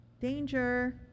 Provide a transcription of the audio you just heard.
Danger